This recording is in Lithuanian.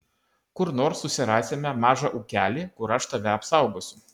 kur nors susirasime mažą ūkelį kur aš tave apsaugosiu